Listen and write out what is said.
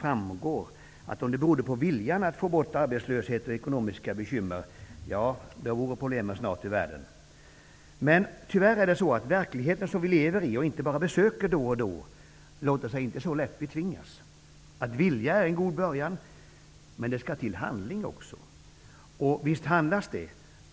framgår att om det berodde på viljan att få bort arbetslöshet och ekonomiska bekymmer, ja, då vore problemen snart ur världen. Men tyvärr är det så att verkligheten, som vi lever i och inte bara besöker då och då, inte låter sig så lätt betvingas. Att vilja är en god början, men det skall till handling också. Och visst handlas det.